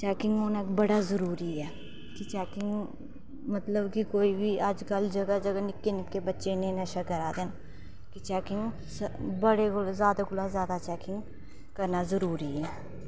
checking होना बड़ा जरूरी ऐ कि चैकिंग मतलब कि कोई बी अज्ज कल्ल जगह जगह निक्के निक्के बच्चे इन्ना नशा करा दे न ते चैकिंग बड़े कोल ज्यादा कोला ज्यादा चैकिंग करना जरूरी ऐ